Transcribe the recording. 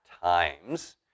times